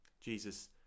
Jesus